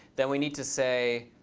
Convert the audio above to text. then we need to say